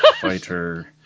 fighter